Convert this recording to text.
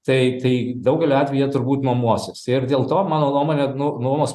tai tai daugeliu atveju jie turbūt nuomosis ir dėl to mano nuomone nu nuomos